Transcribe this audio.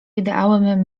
ideałem